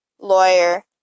lawyer